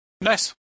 Nice